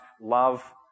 love